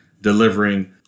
delivering